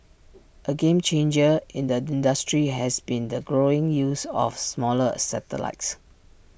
A game changer in the industry has been the growing use of smaller satellites